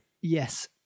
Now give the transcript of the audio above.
Yes